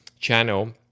channel